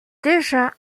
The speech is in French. déjà